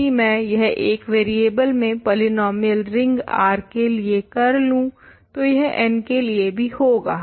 यदि में यह एक वरियेबल में पोलिनोमियल रिंग R के लिए करलूं तो यह n के लिए भी होगा